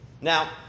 now